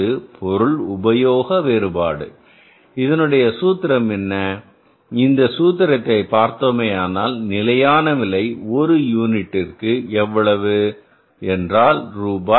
அடுத்து பொருள் உபயோக வேறுபாடு இதனுடைய சூத்திரம் என்ன இந்த சூத்திரத்தை பார்த்தோமேயானால் நிலையான விலை ஒரு யூனிட்டிற்கு எவ்வளவு என்றால் ரூபாய் 2